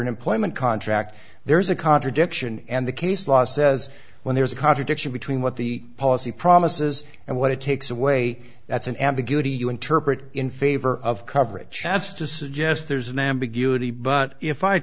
an employment contract there's a contradiction and the case law says when there's a contradiction between what the policy promises and what it takes away that's an ambiguity you interpret in favor of coverage that's to suggest there's an ambiguity but if i